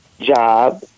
job